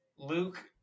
Luke